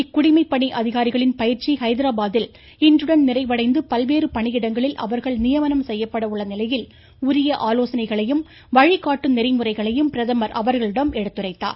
இக்குடிமைப்பணி அதிகாரிகளின் பயிற்சி ஹைதராபாத்தில் இன்றுடன் நிறைவடைந்து பல்வேறு பணியிடங்களில் அவர்கள் நியமனம் செய்யப்பட உள்ள நிலையில் உரிய ஆலோசனைகளையும் வழிகாட்டு நெறிமுறைகளையும் பிரதமா் அவர்களிடம் எடுத்துரைத்தார்